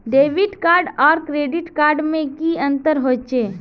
Debit card आर credit card में की अंतर होचे?